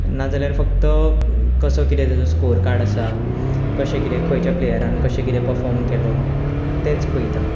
ना जाल्यार फक्त कसो कितें ताचो स्कॉर कार्ड आसा कशें कितें खंयच्या प्लेयरान कशें कितें पफोर्म केलो तेंच पळयता